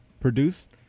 produced